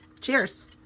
cheers